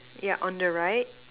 yeah on the right